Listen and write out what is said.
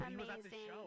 Amazing